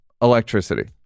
Electricity